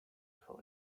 for